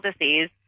disease